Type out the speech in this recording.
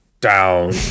down